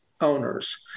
owners